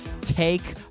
take